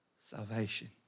salvation